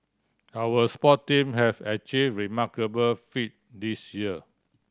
our sport team have achieved remarkable feat this year